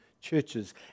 churches